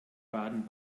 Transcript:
baden